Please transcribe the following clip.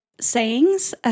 sayings